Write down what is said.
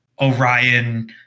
Orion